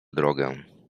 drogę